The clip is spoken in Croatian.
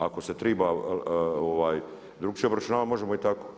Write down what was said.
Ako se triba drukčije obračunavat možemo i tako.